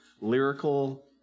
lyrical